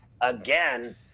Again